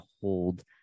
hold